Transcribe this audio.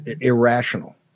irrational